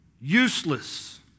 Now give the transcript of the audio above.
useless